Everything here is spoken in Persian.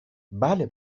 بله